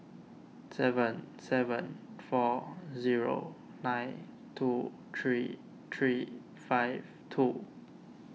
seven seven four zero nine two three three five two